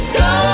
go